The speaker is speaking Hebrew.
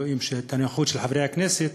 רואים את הנוכחות של חברי הכנסת,